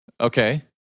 Okay